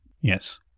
Yes